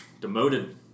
demoted